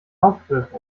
hauptbib